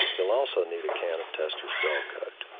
you'll also need a can of testor's dull cote.